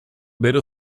beta